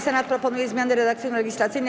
Senat proponuje zmiany redakcyjno-legislacyjne.